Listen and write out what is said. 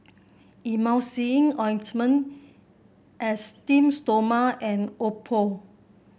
Emulsying Ointment Esteem Stoma and Oppo